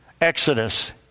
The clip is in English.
Exodus